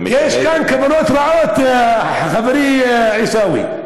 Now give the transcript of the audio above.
יש כאן כוונות רעות, חברי עיסאווי.